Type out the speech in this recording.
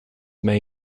may